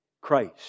Christ